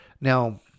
Now